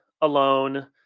alone